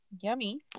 Yummy